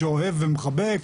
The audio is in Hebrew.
שאוהב ומחבק,